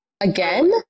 Again